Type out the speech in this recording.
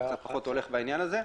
זה פחות הולך בעניין הזה.